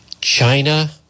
China